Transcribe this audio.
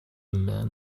man